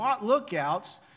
lookouts